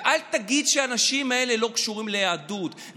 ואל תגיד שהאנשים האלה לא קשורים ליהדות,